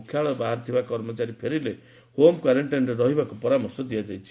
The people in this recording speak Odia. ମୁଖ୍ୟାଳୟ ବାହାରେ ଥିବା କର୍ମଚାରୀ ଫେରିଲେ ହୋମ୍ କ୍ୱାରେକ୍କାଇନରେ ରହିବାକୁ ପରାମର୍ଶ ଦିଆଯାଇଛି